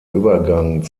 übergang